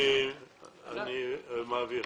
אני מעביר.